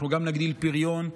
אנחנו גם נגדיל פריון.